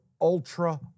ultra